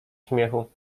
śmiechu